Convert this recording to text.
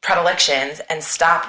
predilections and stop